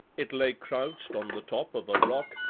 it lay crouched on the top of a rock,